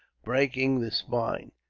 breaking the spine.